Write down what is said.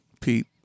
Pete